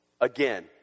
Again